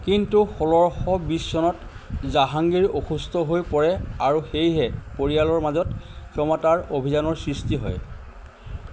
কিন্তু ষোল্লশ বিছ চনত জাহাংগীৰ অসুস্থ হৈ পৰে আৰু সেয়েহে পৰিয়ালৰ মাজত ক্ষমতাৰ অভিযানৰ সৃষ্টি হয়